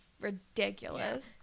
ridiculous